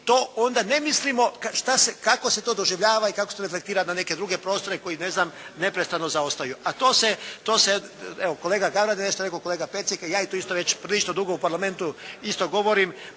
to onda ne mislimo kako se to doživljava i kako se to reflektira na neke druge prostore koji neprestano zaostaju. A to se, evo kolega Gavran je nešto rekao, kolega Pecek, i ja tu isto već prilično dugo u parlamentu isto govorim